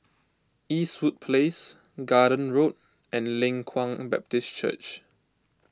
Eastwood Place Garden Road and Leng Kwang Baptist Church